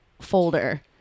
folder